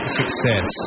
success